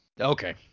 Okay